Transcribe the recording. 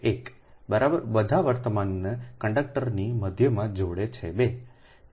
1 બરાબર બધા વર્તમાનને કંડક્ટરની મધ્યમાં જોડે છે 2